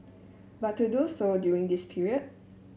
but to do so during this period